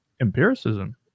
empiricism